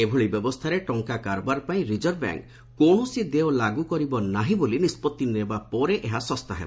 ଏଭଳି ବ୍ୟବସ୍ଥାରେ ଟଙ୍କା କାରବାର ପାଇଁ ରିଜର୍ଭବ୍ୟାଙ୍କ କୌଣସି ଦେୟ ଲାଗୁ କରିବ ନାହିଁ ବୋଲି ନିଷ୍ପଭି ନେବା ପରେ ଏହା ଶସ୍ତା ହେବ